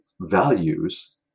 values